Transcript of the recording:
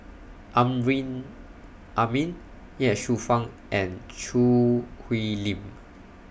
Amrin Amin Ye Shufang and Choo Hwee Lim